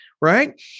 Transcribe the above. Right